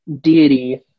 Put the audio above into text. deity